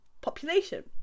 population